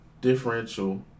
differential